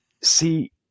see